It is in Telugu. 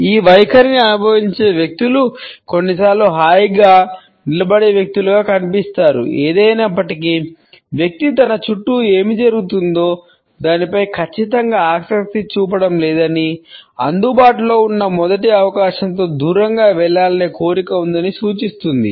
ఈ వైఖరిని అవలంబించే వ్యక్తులు కొన్నిసార్లు హాయిగా నిలబడే వ్యక్తులుగా కనిపిస్తారు ఏది ఏమయినప్పటికీ వ్యక్తి తన చుట్టూ ఏమి జరుగుతుందో దానిపై ఖచ్చితంగా ఆసక్తి చూపడం లేదని అందుబాటులో ఉన్న మొదటి అవకాశంతో దూరంగా వెళ్లాలనే కోరిక ఉందని సూచిస్తుంది